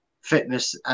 fitness